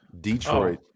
Detroit